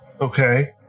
okay